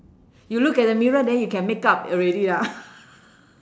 you look at the mirror then you can makeup already lah